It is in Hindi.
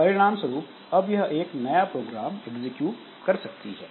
परिणाम स्वरुप अब यह एक नया प्रोग्राम एग्जीक्यूट कर सकती है